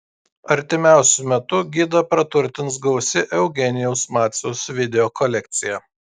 artimiausiu metu gidą praturtins gausi eugenijaus maciaus video kolekcija